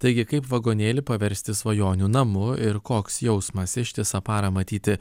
taigi kaip vagonėlį paversti svajonių namu ir koks jausmas ištisą parą matyti